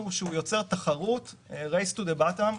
כמובן,